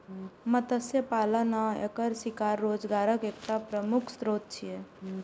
मत्स्य पालन आ एकर शिकार रोजगारक एकटा प्रमुख स्रोत छियै